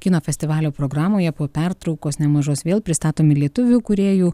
kino festivalio programoje po pertraukos nemažos vėl pristatomi lietuvių kūrėjų